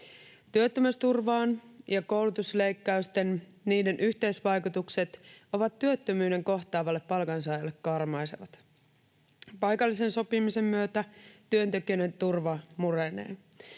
Työttömyysturvan leikkausten ja koulutusleikkausten yhteisvaikutukset ovat työttömyyden kohtaavalle palkansaajalle karmaisevat. Paikallisen sopimisen myötä työntekijöiden turva murenee.